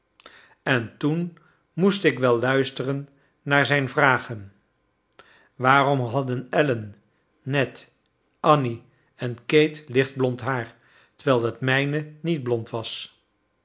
en toen moest ik wel luisteren naar zijn vragen waarom hadden allen ned annie en kate lichtblond haar terwijl het mijne niet blond was